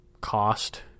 cost